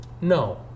No